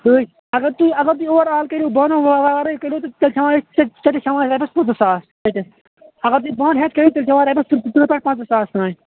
تُہۍ اگر تُہۍ اگر تُہۍ اووَر آل کٔرِو بانَو وَرٲے کٔرِو تہٕ تیٚلہِ چھِ ہٮ۪وان أسۍ ژٔٹِتھ چھِ ہٮ۪وان أسۍ رۄپیَس پٕنٛژٕہ ساس ژٔٹِتھ اگر تُہۍ بانہٕ ہٮ۪تھ کٔرِو تیٚلہِ چھِ ہٮ۪وان رۅپیس ترٕہ پٮ۪ٹھ پَنٛژاہ ساس تام